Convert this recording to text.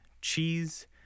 cheese